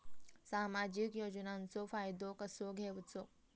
सामाजिक योजनांचो फायदो कसो घेवचो?